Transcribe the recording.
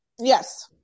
Yes